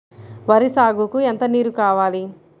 వరి సాగుకు ఎంత నీరు కావాలి?